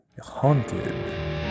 Haunted